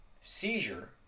seizure